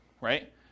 right